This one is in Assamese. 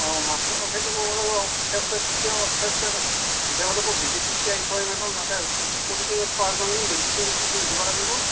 অঁ মাছৰ খেতি কৰিব লাগিব খেৰ চেৰ খেৰ চেৰ ভিজাব লাগিব ভিজাই দি তিয়াই থৈ তাতে পলিথিনৰ থোৰাত বান্ধি মেডিচিন চেডিচিন দিব লাগিব